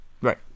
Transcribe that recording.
Right